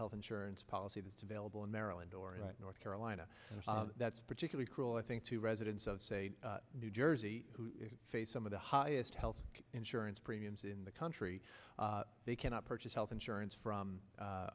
health insurance policy that's available in maryland or north carolina and that's particularly cruel i think to residents of new jersey who face some of the highest health insurance premiums in the country they cannot purchase health insurance from